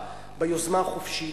ביוזמה החופשית.